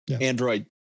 Android